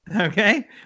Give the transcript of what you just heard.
Okay